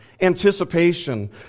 anticipation